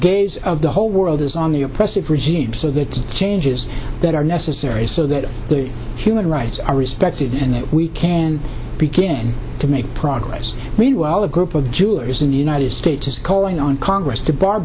gaze of the whole world is on the oppressive regime so that the changes that are necessary so that the human rights are respected and we can begin to make progress meanwhile a group of jurors in the united states is calling on congress to bar b